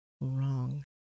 wrong